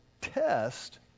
test